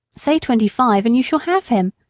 say twenty-five and you shall have him.